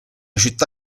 città